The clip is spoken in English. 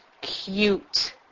cute